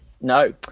No